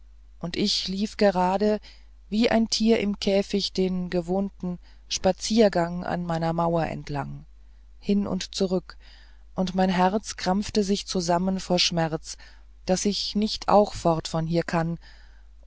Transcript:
und ich lief gerade wie ein tier im käfig den gewohnten spaziergang an meiner mauer entlang hin und zurück und mein herz krampfte sich zusammen vor schmerz daß ich nicht auch fort von hier kann